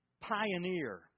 pioneer